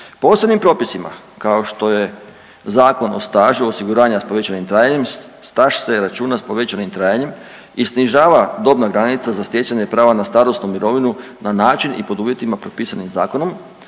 Posebnim propisima kao što je Zakon o stažu osiguranja s povećanim trajanjem staž se računa s povećanim trajanjem i snižava dobna granica za stjecanje prava na starosnu mirovinu na način i pod uvjetima propisanim zakonom.